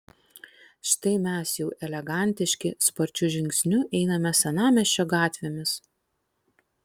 štai mes jau elegantiški sparčiu žingsniu einame senamiesčio gatvėmis